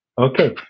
Okay